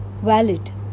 valid